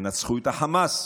תנצחו את החמאס,